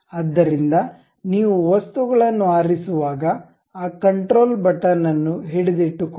ಆದ್ದರಿಂದ ನೀವು ವಸ್ತುಗಳನ್ನು ಆರಿಸುವಾಗ ಆ ಕಂಟ್ರೋಲ್ ಬಟನ್ ಅನ್ನು ಹಿಡಿದಿಟ್ಟುಕೊಳ್ಳಿ